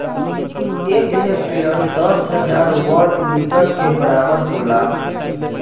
एक हेक्टेयर दस हजार वर्ग मीटर के बराबर होला